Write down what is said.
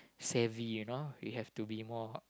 savvy you know you have to be more